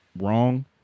wrong